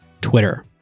Twitter